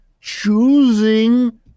choosing